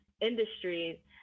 industry